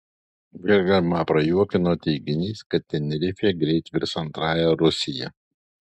vilhelmą prajuokino teiginys kad tenerifė greit virs antrąja rusija